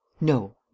No